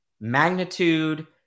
magnitude